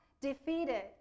defeated